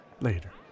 later